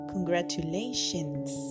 Congratulations